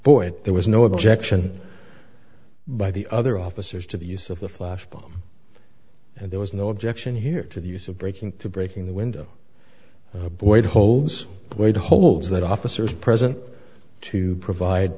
d there was no objection by the other officers to the use of the flash bomb and there was no objection here to the use of breaking to breaking the window boyd holds the holds that officers present to provide